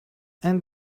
and